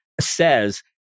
says